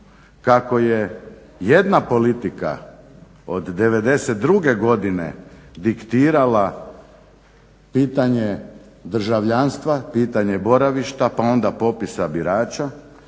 kako je jedna politika od 1992. godine diktirala pitanje državljanstva, pitanje boravišta, pa onda popisa birača